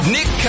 Nick